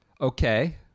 Okay